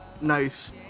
Nice